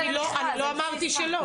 אני לא אמרתי שלא.